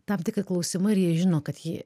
tam tikri klausimai ir jie žino kad ji